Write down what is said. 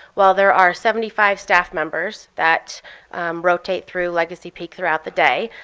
well, there are seventy five staff members that rotate through legacy peak throughout the day.